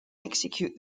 execute